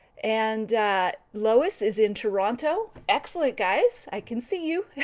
and lois is in toronto. excellent, guys. i can see you.